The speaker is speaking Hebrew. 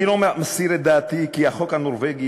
אני לא מסתיר את דעתי כי החוק הנורבגי,